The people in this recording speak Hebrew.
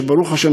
שברוך השם,